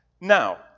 Now